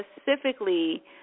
specifically